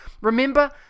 Remember